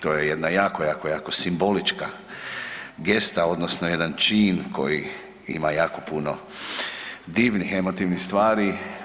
To je jedna jako, jako, jako simbolička gesta, odnosno jedan čin koji ima jako puno divnih, emotivnih stvari.